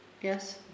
Yes